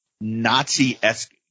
Nazi-esque